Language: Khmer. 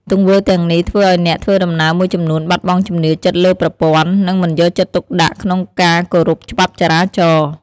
ទង្វើទាំងនេះ ធ្វើឱ្យអ្នកធ្វើដំណើរមួយចំនួនបាត់បង់ជំនឿចិត្តលើប្រព័ន្ធ និងមិនយកចិត្តទុកដាក់ក្នុងការគោរពច្បាប់ចរាចរណ៍។